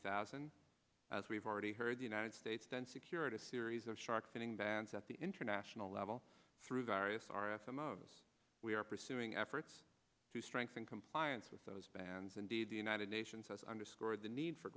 thousand as we've already heard the united states then secured a series of shark finning bands at the international level through various r s m o's we are pursuing efforts to strengthen compliance with those bans indeed the united nations has underscored the need for